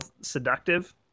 seductive